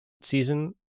season